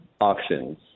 auctions